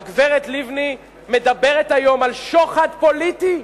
הגברת לבני מדברת היום על שוחד פוליטי.